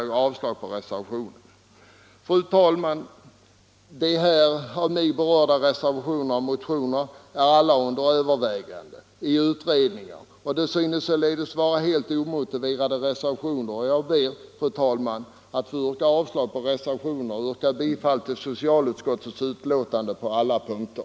De frågor som behandlas i de av mig berörda reservationerna och motionerna är alla under övervägande i utredningar, och reservationerna synes således vara helt omotiverade. Jag ber därför att få yrka bifall till socialutskottets hemställan på samtliga punkter.